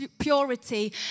purity